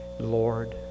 Lord